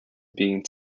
being